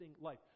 life